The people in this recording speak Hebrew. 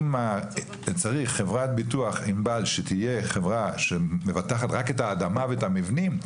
אם צריך את חברת הביטוח ענבל שתבטח רק את האדמה ואת המבנים,